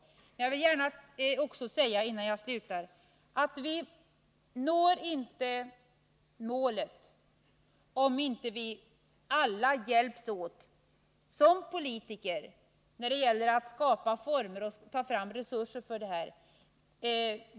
Innan jag slutar vill jag gärna säga att vi inte når målet, om vi inte alla hjälps åt. Det gäller bl.a. oss politiker i arbetet på att skapa former och ta fram resurser för denna verksamhet.